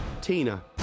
Tina